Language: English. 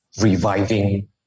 reviving